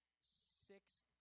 sixth